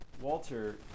Walter